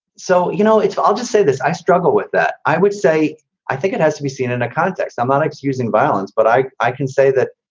so, you know, it's i'll just say this, i struggle with that. i would say i think it has to be seen in a context. i'm not excusing violence, but i i can say that,